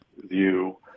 view